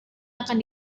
akan